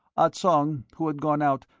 ah tsong, who had gone out,